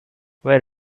wait